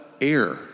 air